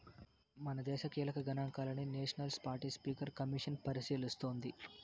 మనదేశ కీలక గనాంకాలని నేషనల్ స్పాటస్పీకర్ కమిసన్ పరిశీలిస్తోంది